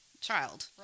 child